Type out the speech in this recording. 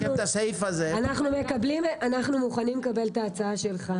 אנחנו מוכנים לקבל את ההצעה שלך,